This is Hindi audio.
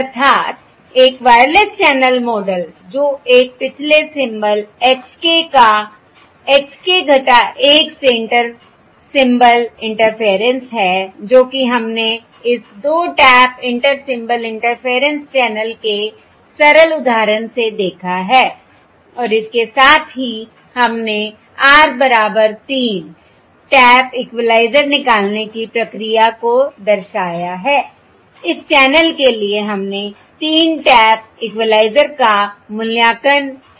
अर्थात् एक वायरलेस चैनल मॉडल जो एक पिछले सिंबल x k का x k 1 से इंटर सिंबल इंटरफेयरेंस है जोकि हमने इस 2 tap inter symbol interference channel के सरल उदाहरण से देखा है और इसके साथ ही हमने r बराबर 3 टैप इक्वलाइज़र निकालने की प्रक्रिया को दर्शाया है इस चैनल के लिए हमने 3 टैप इक्वलाइज़र का मूल्यांकन किया है